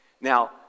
Now